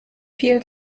vielen